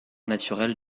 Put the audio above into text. naturelle